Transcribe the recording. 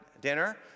dinner